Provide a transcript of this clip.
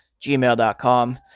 gmail.com